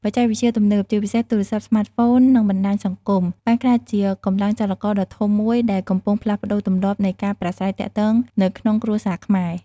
បច្ចេកវិទ្យាទំនើប ជាពិសេស ទូរស័ព្ទស្មាតហ្វូន និងបណ្ដាញសង្គម បានក្លាយជាកម្លាំងចលករដ៏ធំមួយដែលកំពុងផ្លាស់ប្តូរទម្លាប់នៃការប្រាស្រ័យទាក់ទងនៅក្នុងគ្រួសារខ្មែរ។